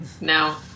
No